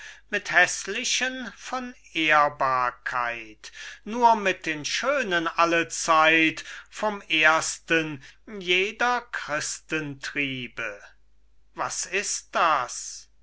mit häßlichen von ehrbarkeit nur mit den schönen allezeit vom ersten jeder christentriebe was ist das